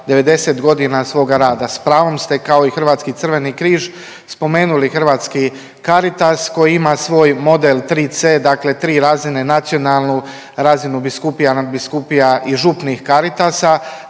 90 godina svoga rada. S pravom ste kao i Hrvatski Crveni križ spomenuli hrvatski Caritas koji ima svoj model 3C, dakle 3 razine, nacionalnu razinu, biskupija, nadbiskupija